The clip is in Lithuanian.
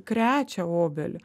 krečia obelį